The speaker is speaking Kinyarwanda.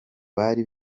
bari